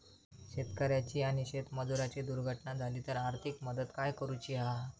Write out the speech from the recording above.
शेतकऱ्याची आणि शेतमजुराची दुर्घटना झाली तर आर्थिक मदत काय करूची हा?